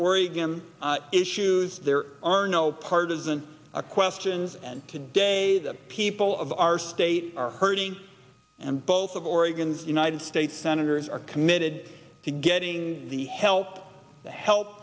oregon issues there are no partisan questions and today the people of our state are hurting and both of oregon's united states senators are committed to getting the help the help